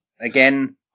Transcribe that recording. again